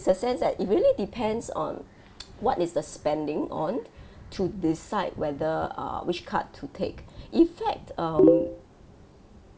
the sense that it really depends on what is the spending on to decide whether err which card to take in fact um